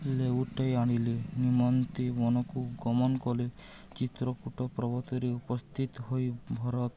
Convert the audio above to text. ଲେଉଟେଇ ଆଣିଲେ ନିମନ୍ତେ ମନକୁ ଗମନ କଲେ ଚିତ୍ରକୁୁଟ ପ୍ରବତରେ ଉପସ୍ଥିତ ହୋଇ ଭରତ